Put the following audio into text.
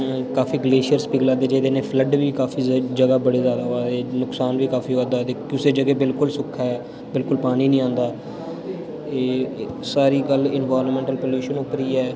काफी ग्लेशियर पिघला दे जेह्डे़ फ्लड बी काफी जगह् बड़े जादा होआ दे नुकसान बी काफी होआ करदा ते कुसै जगह् बिल्कुल सु'क्का ऐ बिल्कुल पानी निं होंदा एह् सारी गल्ल एनवायर्नमेंटल पॉल्यूशन उप्पर ई ऐ